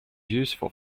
useful